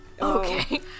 okay